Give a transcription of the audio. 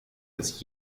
des